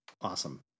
Awesome